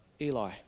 Eli